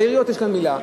לעיריות יש כאן מלה.